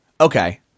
okay